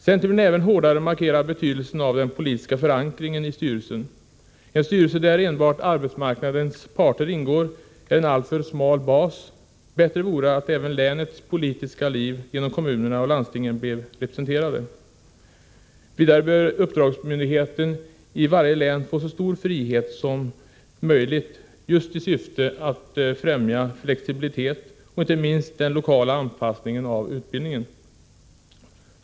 Centern vill även hårdare markera betydelsen av den politiska förankringen i styrelsen. En styrelse där enbart arbetsmarknadens parter ingår är en alltför smal bas; bättre vore att även länets politiska liv genom kommunerna och landstingen blev representerade. Vidare bör uppdragsmyndigheten i varje län få så stor frihet som möjligt just i syfte att främja flexibiliteten och, inte minst, den lokala anpassningen av utbildningen.